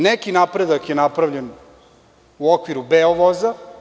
Neki napredak je napravljen u okviru „Beovoza“